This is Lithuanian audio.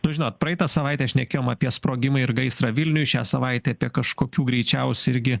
nu žinot praeitą savaitę šnekėjom apie sprogimą ir gaisrą vilniuj šią savaitę apie kažkokių greičiausiai irgi